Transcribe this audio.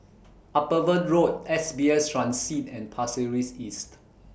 Upavon Road S B S Transit and Pasir Ris East